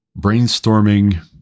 brainstorming